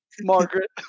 Margaret